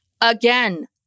Again